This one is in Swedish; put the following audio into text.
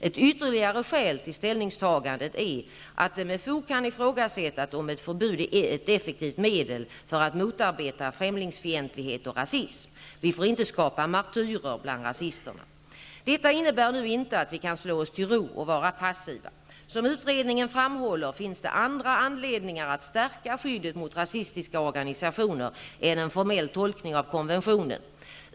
Ett ytterligare skäl till ställningstagandet är att det med fog kan ifrågasättas om ett förbud är ett effektivt medel för att motarbeta främlingsfientlighet och rasism. Vi får inte skapa martyrer bland rasisterna. Detta innebär nu inte att vi kan slå oss till ro och vara passiva. Som utredningen framhåller finns det andra anledningar att stärka skyddet mot rasistiska organisationer än en formell tolkning av konventionen.